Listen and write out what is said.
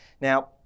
Now